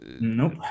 Nope